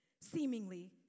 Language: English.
seemingly